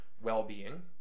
well-being